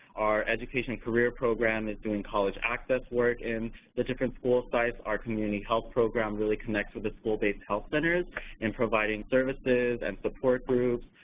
our education and career program is doing college access work in the different school sites. our community health program really connects with the school-based health centers in providing services and support groups.